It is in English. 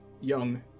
young